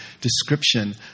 description